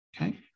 Okay